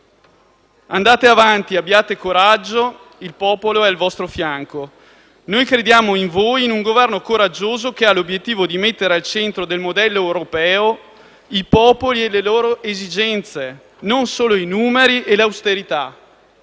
Andate avanti, abbiate coraggio, il popolo è al vostro fianco. Noi crediamo in voi, in un Governo coraggioso che ha l'obiettivo di mettere al centro del modello europeo i popoli e le loro esigenze, non solo i numeri e l'austerità.